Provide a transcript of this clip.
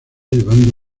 llevando